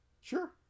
Sure